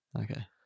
Okay